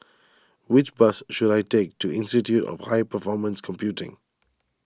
which bus should I take to Institute of High Performance Computing